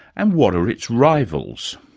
and what are its rivals?